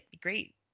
great